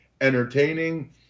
entertaining